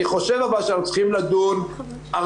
אני חושב אבל שאנחנו צריכים לדון הרבה